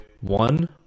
one